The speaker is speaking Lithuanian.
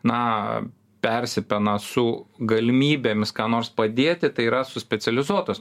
na persipena su galimybėmis ką nors padėti tai yra su specializuotos